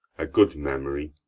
a good memory,